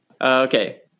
Okay